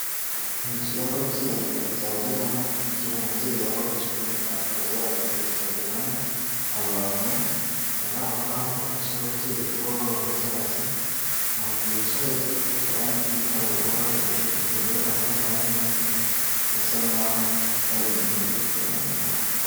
Inzu y'ababyeyi babyariramo igihe umubyeyi yaba afashwe n'inda akaba yaza akayibyariramo, abantu bari ahongaho bafasha ababyeyi kuba bababyaza, bicaye abandi hari uhagaze, imbere yabo hari ameza basa nk'aho hari ibintu bari kuganiraho.